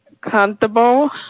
comfortable